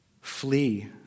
Flee